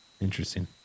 Interesting